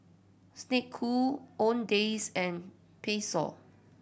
Snek Ku Owndays and Pezzo